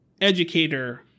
educator